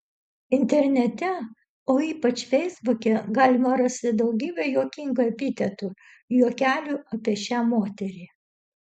internete o ypač feisbuke galima rasti gausybę juokingų epitetų juokelių apie šią moterį